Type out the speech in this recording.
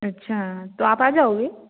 अच्छा तो आप आ जाओगे